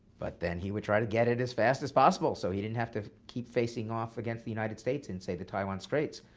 but then he would try to get it as fast as possible, so he didn't have to keep facing off against the united states and save the taiwan straits,